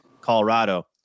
Colorado